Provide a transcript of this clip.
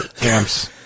camps